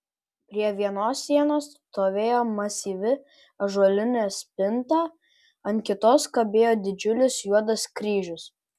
prie vienos sienos stovėjo masyvi ąžuolinė spinta ant kitos kabėjo didžiulis juodas kryžius